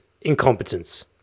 incompetence